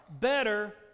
better